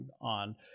on